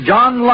John